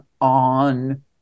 on